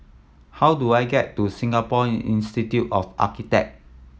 how do I get to Singapore Institute of Architect